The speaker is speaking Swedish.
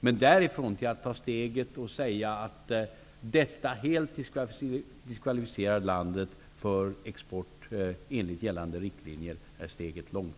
Men därifrån till att säga att detta helt diskvalificerar landet för export enligt gällande riktlinjer är steget långt.